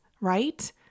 right